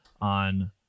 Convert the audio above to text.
on